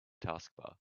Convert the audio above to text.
taskbar